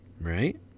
right